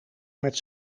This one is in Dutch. met